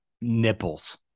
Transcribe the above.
nipples